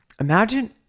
Imagine